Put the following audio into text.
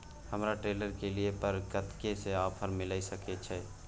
हमरा ट्रेलर के लिए पर कतेक के ऑफर मिलय सके छै?